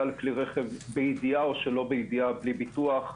על כלי רכב בידיעה או שלא בידיעה בלי ביטוח,